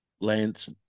Lance